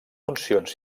funcions